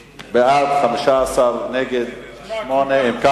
בעד, 15, נגד, 8, אין נמנעים.